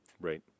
Right